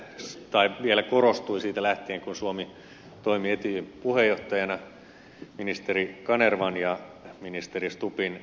se oikeastaan vielä korostui siitä lähtien kun suomi toimi etyjin puheenjohtajana ministeri kanervan ja ministeri stubbin johdolla